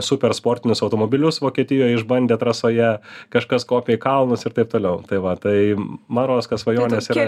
super sportinius automobilius vokietijoj išbandė trasoje kažkas kopė į kalnus ir taip toliau tai va tai man rodos kad svajonės yra